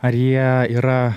ar jie yra